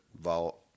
vault